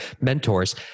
mentors